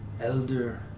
elder